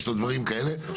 יש לו דברים כאלה,